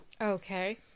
Okay